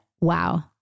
wow